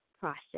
process